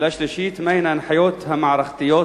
שאלה שלישית: מהן ההנחיות המערכתיות